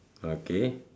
okay